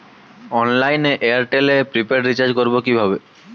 অনলাইনে এয়ারটেলে prepaid recharge করবো কিভাবে?